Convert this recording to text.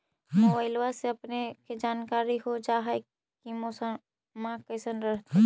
मोबाईलबा से अपने के जानकारी हो जा है की मौसमा कैसन रहतय?